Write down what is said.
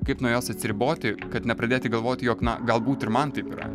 kaip nuo jos atsiriboti kad nepradėti galvoti jog na galbūt ir man taip yra